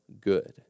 good